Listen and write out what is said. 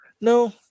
No